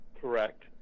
Correct